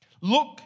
Look